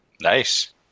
Nice